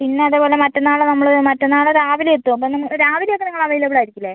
പിന്നെ അതേപോലെ മറ്റന്നാൾ നമ്മൾ മറ്റന്നാൾ രാവിലെ എത്തും അപ്പം നമ്മൾ രാവിലെ ഒക്കെ നിങ്ങൾ അവൈലബിൾ ആയിരിക്കില്ലേ